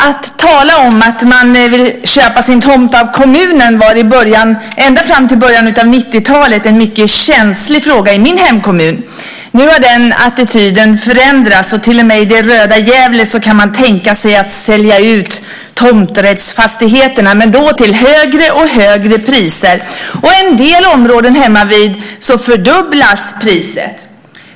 Att tala om att man ville köpa sin tomt av kommunen var ända fram till början av 90-talet en mycket känslig fråga i min hemkommun. Nu har den attityden förändrats. Till och med i det röda Gävle kan man tänka sig att sälja ut tomträttsfastigheterna, men då till högre och högre priser. I en del områden hemmavid fördubblas priset.